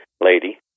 lady